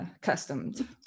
customed